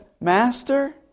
Master